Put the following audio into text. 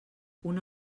una